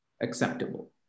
acceptable